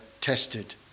tested